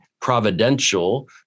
providential